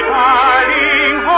darling